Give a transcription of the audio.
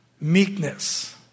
Meekness